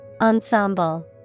Ensemble